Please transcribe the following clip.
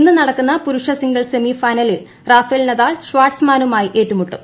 ഇന്ന് നടക്കുന്ന പുരുഷ സിംഗിൾസ് സെമിഫൈനലിൽ റാഫേൽ നദാൽ ഷാർട്സ്മാനുമായി ഏറ്റുമുട്ടും